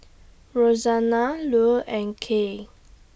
Rosanna Lou and Kay